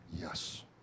Yes